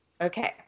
Okay